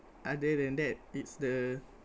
other than that it's the